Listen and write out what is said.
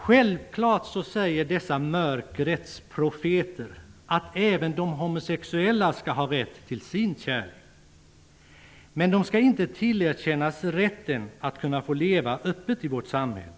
Självfallet säger dessa mörkrets profeter att även de homsexuella skall ha rätt till sin kärlek, men de skall inte tillerkännas rätten att få leva öppet i vårt samhälle.